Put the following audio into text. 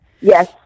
Yes